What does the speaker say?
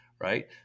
right